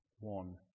one